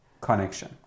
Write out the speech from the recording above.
connection